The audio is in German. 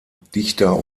dichter